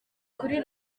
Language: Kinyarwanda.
kuri